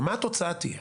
ומה התוצאה תהיה?